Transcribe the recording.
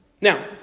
Now